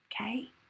Okay